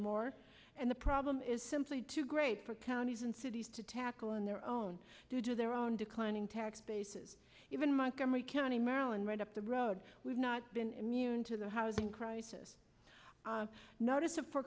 more and the problem is simply too great for counties and cities to tackle on their own due to their own declining tax bases even my camry county maryland right up the road we've not been immune to the housing crisis notice of for